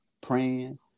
praying